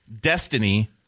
Destiny